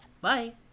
Bye